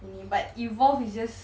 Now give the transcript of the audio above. gini but evolve is just